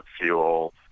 fuel